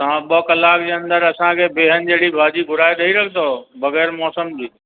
तव्हां ॿ कलाक जे अंदरि असांखे बिहनि जहिड़ी भाॼी घुराए ॾई रखंदव बग़ैर मौसम जी